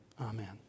Amen